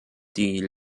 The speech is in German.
die